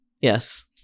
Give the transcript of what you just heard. yes